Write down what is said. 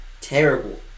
terrible